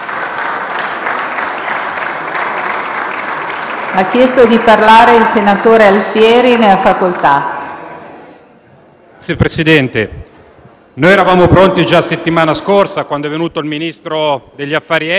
Signor Presidente, eravamo pronti già la settimana scorsa, quando è venuto il Ministro degli affari esteri e ha detto che